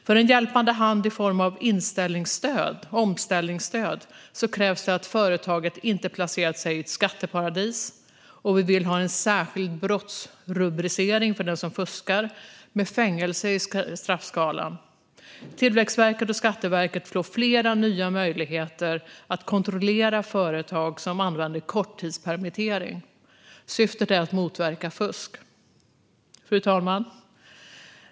För en hjälpande hand i form av omställningsstöd krävs det att företaget inte placerat sig i ett skatteparadis, och vi vill ha en särskild brottsrubricering för den som fuskar, med fängelse i straffskalan. Tillväxtverket och Skatteverket får flera nya möjligheter att kontrollera företag som använder korttidspermittering. Syftet är att motverka fusk. Fru talman!